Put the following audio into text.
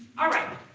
alright.